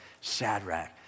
Shadrach